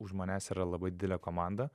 už manęs yra labai didelė komanda